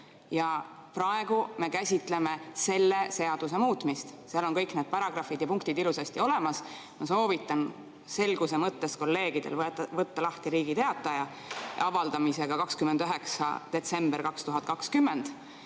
Praegu me käsitleme selle seaduse muutmist, seal on kõik need paragrahvid ja punktid ilusasti olemas. Ma soovitan selguse mõttes kolleegidel võtta lahti Riigi Teataja, avaldamisajaga 29. detsember 2020,